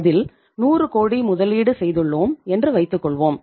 அதில் 100 கோடி முதலீடு செய்துள்ளோம் என்று வைத்துக்கொள்வோம்